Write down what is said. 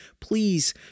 please